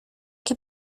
que